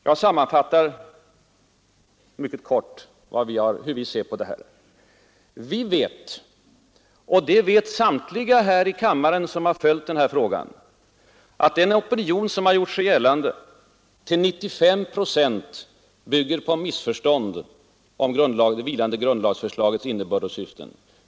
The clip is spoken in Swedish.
Jag sammanfattar mycket kort hur vi ser på frågan: Vi vet — och det vet samtliga här i kammaren som följt ärendet — att den opinion som gjort sig gällande till 95 procent bygger på missförstånd om det vilande grundlagsförslagets innebörd och syften.